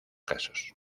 casos